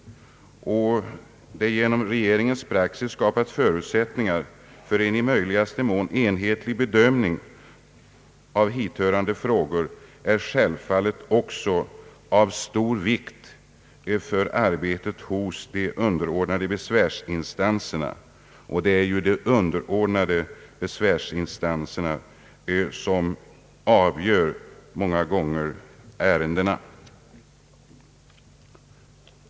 Det är självfallet också av största vikt för arbetet hos de underordnade besvärsinstanserna att genom regeringens praxis förutsättningar skapas för en i möjligaste mån enhetlig bedömning av hithörande frågor. Många gånger avgör ju de underordnade besvärsinstanserna ärendena.